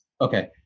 Okay